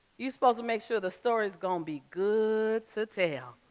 you're supposed to make sure the story is gonna be good to tell.